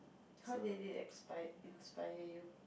how did it expired inspire you